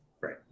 Right